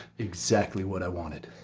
exactly what i wanted.